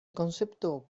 concepto